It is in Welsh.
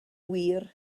wir